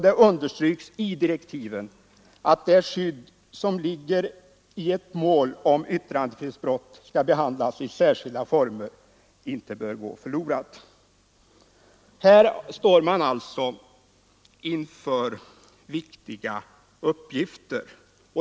Det understryks i direktiven att det skydd som ligger i att ett mål om yttrandefrihetsbrott behandlas i särskilda former inte bör gå förlorat. Här står man alltså inför viktiga uppgifter.